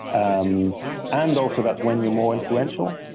um and also, that's when you're more influential.